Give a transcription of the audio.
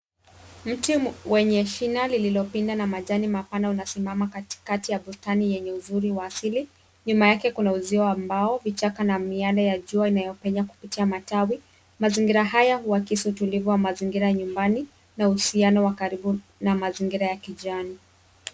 Mti wenye shina lililopinda na majani mapana unasimama katikati ya bustani yenye uzuri wa asili. Nyuma yake kuna uzio wa mbao, vichaka na miale ya jua inayopenya kupitia matawi. Mazingira haya huakisi utulivu wa mazingira ya nyumbani na uhusiano wa karibu na mazingira ya kijani.